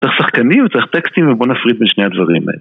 צריך שחקנים, צריך טקסטים, ובוא נפריד בין שני הדברים.